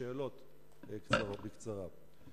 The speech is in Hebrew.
שאלות בקצרה: